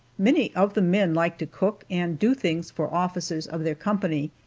many of the men like to cook, and do things for officers of their company,